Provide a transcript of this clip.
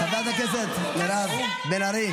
חברת הכנסת מירב בן ארי.